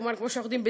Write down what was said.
כפי שאנחנו יודעים,